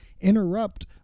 interrupt